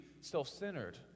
self-centered